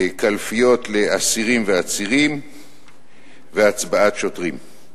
קלפיות לאסירים ועצורים והצבעת שוטרים.